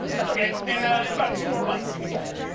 that's ok. in ah and about two more months, you can try it,